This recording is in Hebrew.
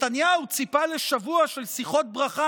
נתניהו ציפה לשבוע של שיחות ברכה